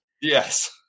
Yes